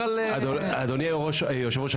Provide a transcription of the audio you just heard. אדוני היושב-ראש,